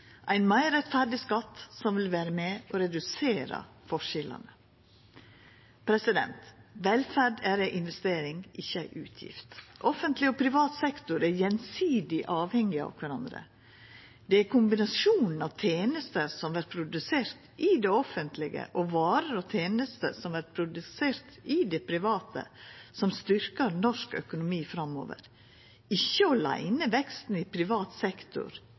ein meir rettferdig skatt som vil vera med og redusera forskjellane. Velferd er ei investering, ikkje ei utgift. Offentleg og privat sektor er gjensidig avhengige av kvarandre. Det er kombinasjonen av tenester som er produsert i det offentlege, og varer og tenester som er produserte i det private, som styrkjer norsk økonomi framover, ikkje åleine veksten i privat sektor,